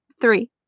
Three